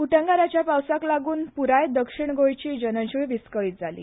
उटंगाराच्या पावसाक लागून पूराय दक्षीण गोंयची लोकजीण विस्कळीत जाली